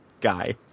guy